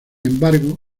embargo